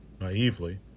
naively